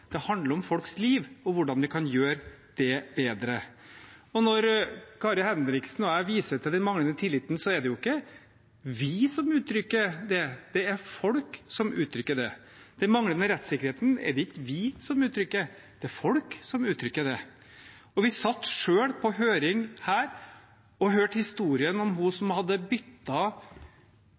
det handler om folks liv og hvordan vi kan gjøre det bedre. Når Kari Henriksen og jeg viser til den manglende tilliten, er det ikke vi som uttrykker det, det er folk som uttrykker det. Den manglende rettssikkerheten er det ikke vi som uttrykker, det er folk som uttrykker det. Vi satt selv i høring her og hørte historien om henne som hadde